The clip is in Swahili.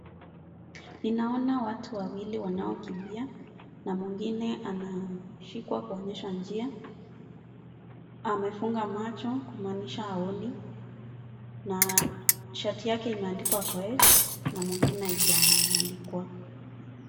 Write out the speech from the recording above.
Ninaona watu wawili wanaokimbia na mwingine anashikwa kuonyesha njia ,amefunga macho kumaanisha haoni na shati yake imeandikwa Koech na mwingine haijaandikwa.